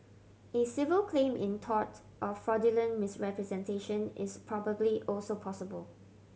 a civil claim in tort of fraudulent misrepresentation is probably also possible